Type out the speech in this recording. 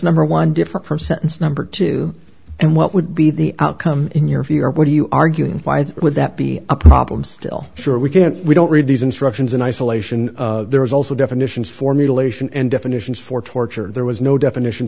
number one different from sentence number two and what would be the outcome in your view or what are you arguing why would that be a problem still sure we can't we don't read these instructions in isolation there is also definitions for mutilation and definitions for torture there was no definition